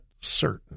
certain